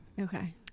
Okay